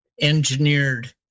engineered